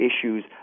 issues